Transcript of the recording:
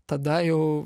tada jau